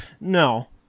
no